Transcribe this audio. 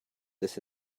this